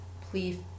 please